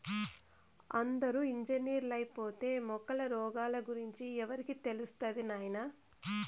అందరూ ఇంజనీర్లైపోతే మొక్కల రోగాల గురించి ఎవరికి తెలుస్తది నాయనా